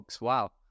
Wow